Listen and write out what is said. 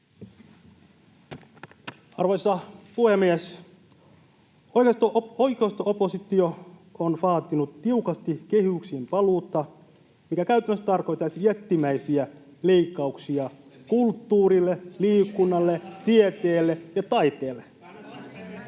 Arvoisa puhemies! Oikeisto-oppositio on vaatinut tiukasti kehyksiin paluuta, mikä käytännössä tarkoittaisi jättimäisiä leikkauksia kulttuurille, liikunnalle, tieteelle ja taiteelle.